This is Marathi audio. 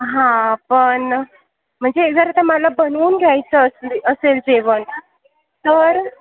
हां पण म्हणजे जर आता मला बनवून घ्यायचं असले असेल जेवण तर